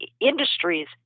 industries